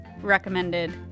recommended